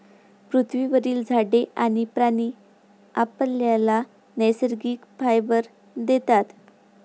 पृथ्वीवरील झाडे आणि प्राणी आपल्याला नैसर्गिक फायबर देतात